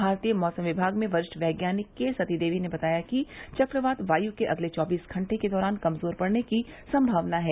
भारतीय मौसम विभाग में वरिष्ठ वैज्ञानिक के सती देवी ने बताया कि चक्रवात वायु के अगले चौबीस घंटे के दौरान कमजोर पड़ने की संभावना है